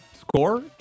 score